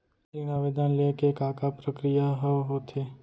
ऋण आवेदन ले के का का प्रक्रिया ह होथे?